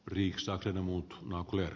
riksaa ja muut ole